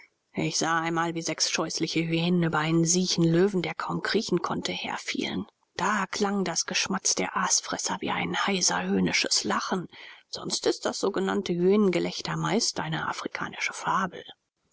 ich sah einmal wie sechs scheußliche hyänen über einen siechen löwen der kaum kriechen konnte herfielen da klang das geschmatz der aasfresser wie ein heiser höhnisches lachen sonst ist das sogenannte hyänengelächter meist eine afrikanische fabel